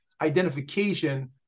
identification